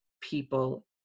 people